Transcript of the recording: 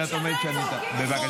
ואת אומרת שאני --- בבקשה,